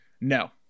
No